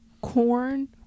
corn